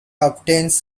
obtains